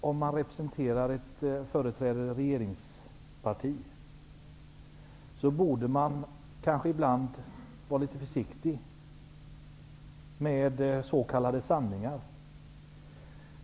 Om man företräder ett regeringsparti borde man ibland vara litet försiktig med s.k. sanningar.